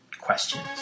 questions